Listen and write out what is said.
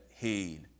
heed